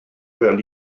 fel